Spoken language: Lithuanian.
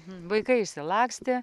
vaikai išsilakstė